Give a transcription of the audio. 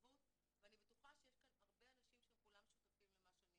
מחויבות ואני בטוחה שיש כאן הרבה אנשים שהם כולם שותפים למה שאני